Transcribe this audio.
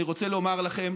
אני רוצה לומר לכם: